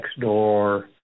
Nextdoor